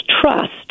trust –